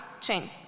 chain